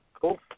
Cool